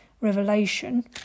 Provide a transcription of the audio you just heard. Revelation